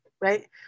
right